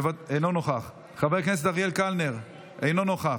אינו נוכח, חבר הכנסת אריאל קלנר, אינו נוכח,